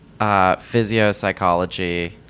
physiopsychology